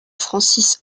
francis